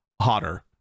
hotter